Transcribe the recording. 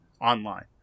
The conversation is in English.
online